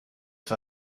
for